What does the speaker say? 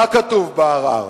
מה כתוב בערר?